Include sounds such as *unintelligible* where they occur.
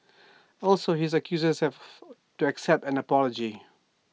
also his accusers *unintelligible* to accept an apology